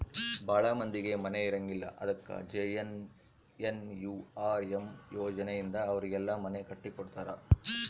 ಭಾಳ ಮಂದಿಗೆ ಮನೆ ಇರಂಗಿಲ್ಲ ಅದಕ ಜೆ.ಎನ್.ಎನ್.ಯು.ಆರ್.ಎಮ್ ಯೋಜನೆ ಇಂದ ಅವರಿಗೆಲ್ಲ ಮನೆ ಕಟ್ಟಿ ಕೊಡ್ತಾರ